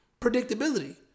predictability